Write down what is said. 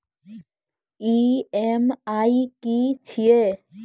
EMI की छिये?